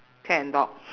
cat and dog